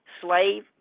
slave